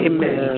Amen